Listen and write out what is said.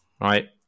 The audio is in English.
Right